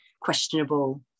questionable